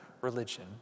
religion